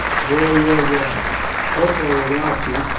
there were the hoplomachi,